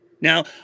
Now